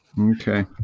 Okay